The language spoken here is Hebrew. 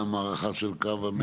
גם הארכה של קו המטרו?